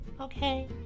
okay